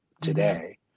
today